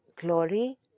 glory